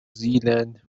zealand